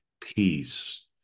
peace